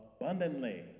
abundantly